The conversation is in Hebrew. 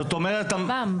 לא, הוא משלם לגן.